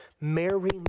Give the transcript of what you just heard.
Marry